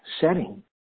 setting